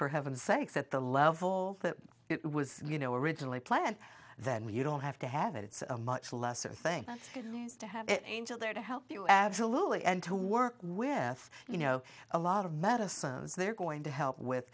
for heaven's sakes at the level that it was you know originally planned then when you don't have to have it it's a much lesser thing to have it angel there to help you absolutely and to work with you know a lot of medicines they're going to help with